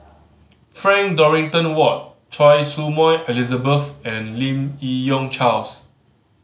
Frank Dorrington Ward Choy Su Moi Elizabeth and Lim Yi Yong Charles